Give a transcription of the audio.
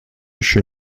еще